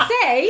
Say